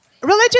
Religion